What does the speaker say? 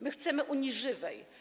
My chcemy Unii żywej.